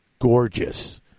Gorgeous